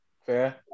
Fair